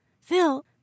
Phil